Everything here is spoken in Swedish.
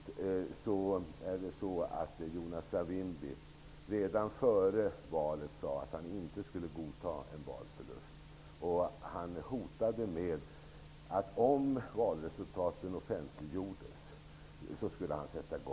Slutligen sade Jonas Savimbi redan före valet att han inte skulle godta en valförlust. Han hotade med att sätta i gång kriget på nytt om valresultaten offentliggjordes, och det gjorde han också.